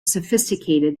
sophisticated